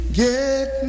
get